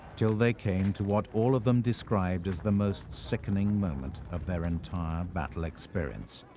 till they came to what all of them described as the most sickening moment of their entire battle experience,